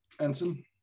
Ensign